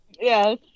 Yes